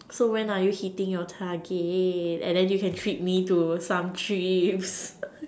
so when are you hitting your target and then you can treat me to some trips